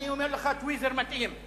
אני אומר לך שטוויזר מתאים.